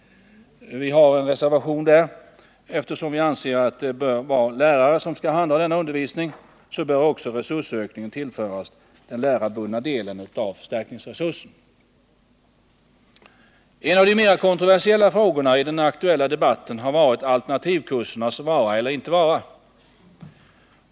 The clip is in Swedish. Eftersom vi anser att det bör vara lärare som skall handha denna undervisning, bör också resursökningen tillföras den lärarbundna delen av förstärkningsresursen. En av de mer kontroversiella frågorna i den aktuella debatten har varit alternativkursernas vara eller inte vara.